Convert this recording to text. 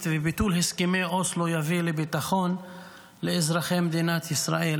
וביטול הסכמי אוסלו יביאו ביטחון לאזרחי מדינת ישראל.